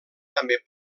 també